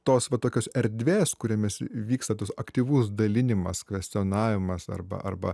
tos va tokios erdvės kuriomis vyksta tas aktyvus dalinimas kvestionavimas arba arba